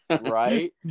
right